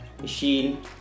machine